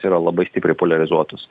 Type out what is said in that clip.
yra labai stipriai poliarizuotos